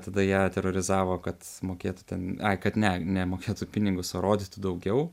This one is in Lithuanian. tada ją terorizavo kad sumokėtų ten ai kad net ne mokėtų pinigus o rodytų daugiau